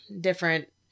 different